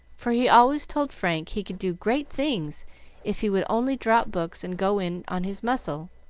for he always told frank he could do great things if he would only drop books and go in on his muscle.